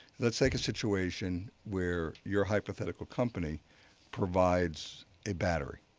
let's take a situation where your hypothetical company provides a battery